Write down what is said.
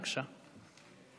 בבקשה.